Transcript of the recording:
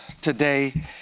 today